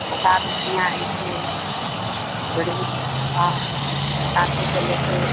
बसात बढ़िआँ होइत छै गरमीके सीजन हवा खूब चलैत छै